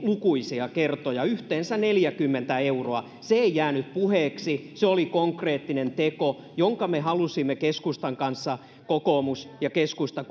lukuisia kertoja yhteensä neljäkymmentä euroa se ei jäänyt puheeksi se oli konkreettinen teko jonka me halusimme keskustan kanssa kokoomus ja keskusta